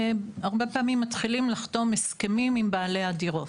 הרבה פעמים מתחילים לחתום הסכמים עם בעלי הדירות.